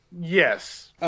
Yes